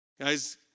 Guys